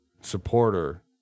supporter